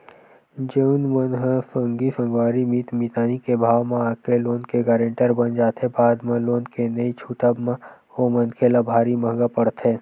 जउन मन ह संगी संगवारी मीत मितानी के भाव म आके लोन के गारेंटर बन जाथे बाद म लोन के नइ छूटब म ओ मनखे ल भारी महंगा पड़थे